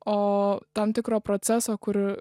o tam tikro proceso kur